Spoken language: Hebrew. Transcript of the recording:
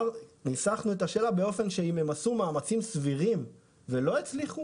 ניסחנו את השאלה כך שאם הם עשו מאמצים סבירים ולא הצליחו